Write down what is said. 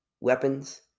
Weapons